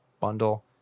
bundle